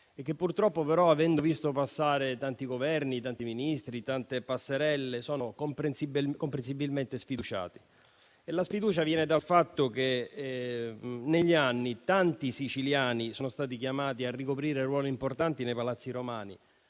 purtroppo, avendo visto passare tanti Governi, tanti Ministri, tante passerelle, sono comprensibilmente sfiduciati. La sfiducia viene dal fatto che negli anni tanti siciliani sono stati chiamati a ricoprire ruoli importanti nei palazzi romani,